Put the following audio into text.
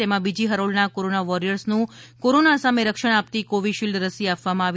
તેમાં બીજી હરોળના કોરોના વોરિયર્સનું કોરોના સામે રક્ષણ આપતી કોવિશિલ્ડ રસી આપવામાં આવી રહી છે